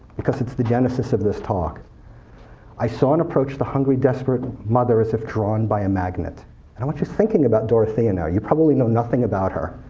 because it's the genesis of this talk i saw and approached the hungry, desperate mother as if drawn by a magnet. and i want you thinking about dorothea now. you probably know nothing about her.